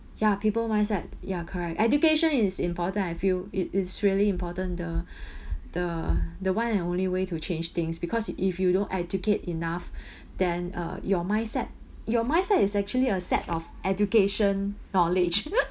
ya people mindset ya correct education is important I feel it is really important the the the one and only way to change things because if you don't educate enough then uh your mindset your mindset is actually a set of education knowledge